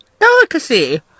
delicacy